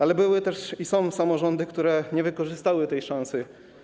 Ale były też i są samorządy, które nie wykorzystały tej szansy.